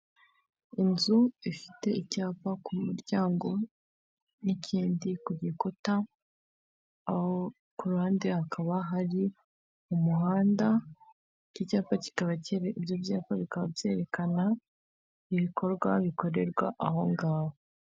Ni igitsina gore gihagaze arimo arareba yambaye ikote n'ishaneti mu ntoki n'imisatsi ye ifungiye inyuma.